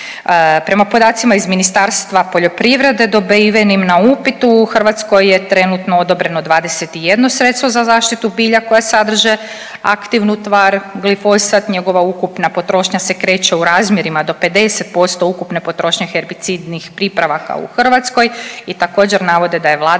Prema podacima iz Ministarstva poljoprivrede dobivenim na upit u Hrvatskoj je trenutno odobreno 21 sredstvo za zaštitu bilja koja sadrže aktivnu tvar glifosat. Njegova ukupna potrošnja se kreće u razmjerima do 50% ukupne potrošnje herbicidnih pripravaka u Hrvatskoj i također navode da je Vlada